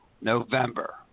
November